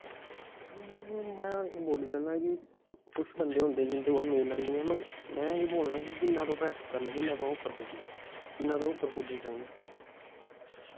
में बोल्ली सकना कि कुछ बंदे होंदे जिं'दे कोला नेईं लगदियां पर में एह् बोलना कि जिन्ना तुस प्रैक्टिस करी लैग्गे उन्ना तुसें उप्पर पुज्जना जिन्ना तुस उप्पर पुज्जी सकने